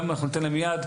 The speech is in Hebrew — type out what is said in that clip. גם אנחנו ניתן להם יד,